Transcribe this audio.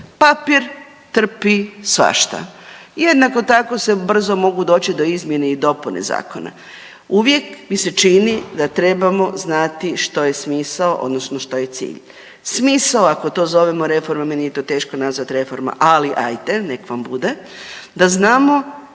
Papir trpi svašta. Jednako tako se brzo mogu doći do izmjene i dopune zakona. Uvijek mi se čini da trebamo znati što je smisao, odnosno što je cilj. Smisao ako to zovemo reforma, meni je to teško nazvati reforma, ali hajde nek' vam bude, da znamo